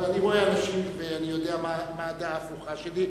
אני רואה אנשים ויודע מה הדעה ההפוכה שלי.